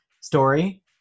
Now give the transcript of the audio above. story